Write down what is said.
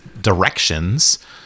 directions